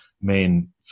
main